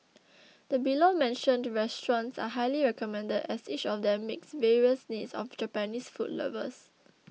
the below mentioned restaurants are highly recommended as each of them meets various needs of Japanese food lovers